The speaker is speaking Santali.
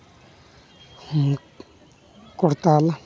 ᱠᱚᱨᱛᱟᱞ